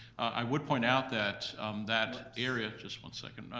i would point out that that area, just one second,